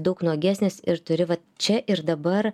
daug nuogesnis ir turi vat čia ir dabar